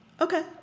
Okay